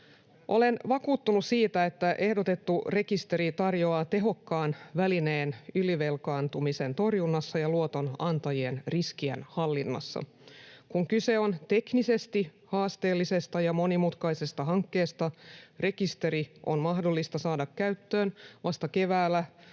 Olen vakuuttunut siitä, että ehdotettu rekisteri tarjoaa tehokkaan välineen ylivelkaantumisen torjunnassa ja luotonantajien riskien hallinnassa. Kun kyse on teknisesti haasteellisesta ja monimutkaisesta hankkeesta, rekisteri on mahdollista saada käyttöön vasta keväällä